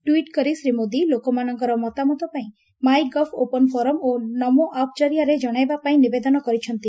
tweet କରି ଶ୍ରୀ ମୋଦୀ ଲୋକମାନଙ୍କର ମତାମତ ମାଇ ଗଭ୍ ଓପନ୍ ଫୋରମ୍ ଓ ନମୋଆପ୍ ଜରିଆରେ ଜଶାଇବା ପାଇଁ ନିବେଦନ କରିଛନ୍ତି